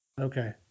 Okay